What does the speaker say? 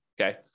Okay